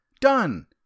Done